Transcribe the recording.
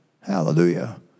Hallelujah